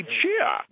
cheer